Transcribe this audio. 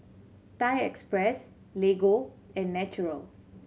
Thai Express Lego and Naturel